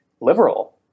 liberal